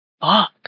Fuck